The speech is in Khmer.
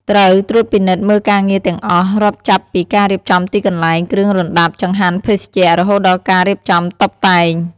ត្រូវ ត្រួតពិនិត្យមើលការងារទាំងអស់ រាប់ចាប់ពីការរៀបចំទីកន្លែង គ្រឿងរណ្តាប់ ចង្ហាន់ ភេសជ្ជៈ រហូតដល់ការរៀបចំតុបតែង។